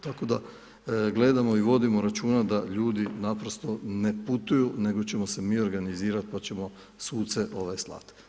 Tako da gledamo i vodimo računa da ljudi naprosto ne putuju nego ćemo se mi organizirati pa ćemo suce ove slati.